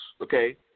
okay